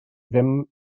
ddim